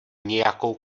nějakou